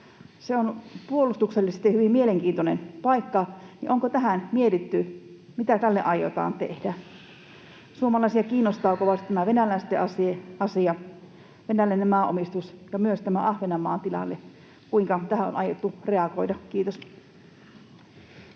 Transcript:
Se on puolustuksellisesti hyvin mielenkiintoinen paikka. Onko mietitty, mitä tälle aiotaan tehdä? Suomalaisia kiinnostaa kovasti tämä venäläisten asia, venäläinen maanomistus, mutta myös tämä Ahvenanmaan tilanne. Kuinka tähän on aiottu reagoida? — Kiitos.